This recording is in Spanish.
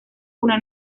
una